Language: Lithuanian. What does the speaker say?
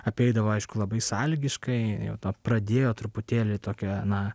apeidavo aišku labai sąlygiškai nu pradėjo truputėlį tokia na